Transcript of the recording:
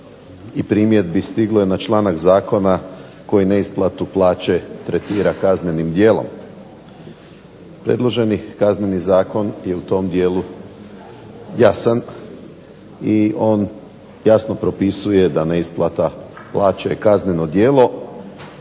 i primjedbi stiglo je na članak zakona koji neisplatu plaće tretira kaznenim djelom. Predloženi Kazneni zakon je u tom dijelu jasan i on jasno propisuje da neisplata plaće je kazneno djelo